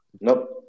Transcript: Nope